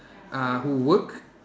uh who work